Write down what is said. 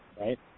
right